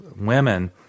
women